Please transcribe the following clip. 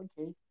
okay